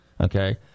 okay